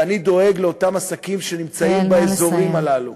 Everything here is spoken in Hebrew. ואני דואג לאותם עסקים שנמצאים באזורים הללו,